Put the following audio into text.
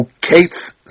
kates